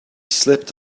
slipped